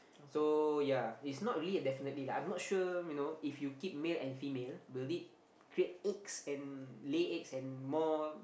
so ya is not really a definitely like I'm not sure you know if you keep male and female will it create eggs and lay eggs and more